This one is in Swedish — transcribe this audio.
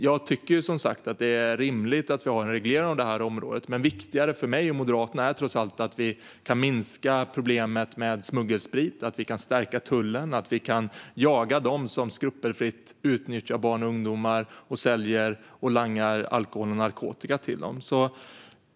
Jag tycker att det är rimligt att vi har en reglering på detta område, men viktigare för mig och Moderaterna är trots allt att vi kan minska problemet med smuggelsprit, stärka tullen och jaga dem som skrupelfritt utnyttjar barn och ungdomar och säljer och langar alkohol och narkotika till dem.